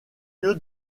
lieu